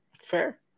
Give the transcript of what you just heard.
Fair